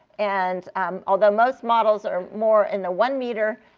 and um although most models are more in the one meter,